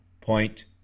Point